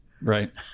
Right